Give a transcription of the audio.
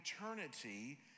eternity